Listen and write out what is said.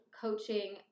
coaching